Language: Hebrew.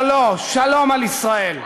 לא, לא, שלום על ישראל.